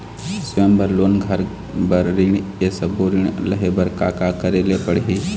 स्वयं बर लोन, घर बर ऋण, ये सब्बो ऋण लहे बर का का करे ले पड़ही?